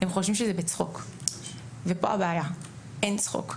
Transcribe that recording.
הם חושבים שזה בצחוק ופה הבעיה, אין צחוק.